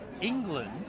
England